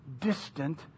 distant